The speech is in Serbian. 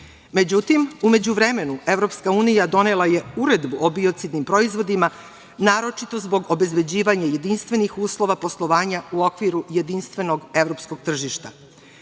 Međutim, u međuvremenu EU donela je uredbu o biocidnim proizvodima, naročito zbog obezbeđivanja jedinstvenih uslova poslovanja u okviru jedinstvenog evropskog tržišta.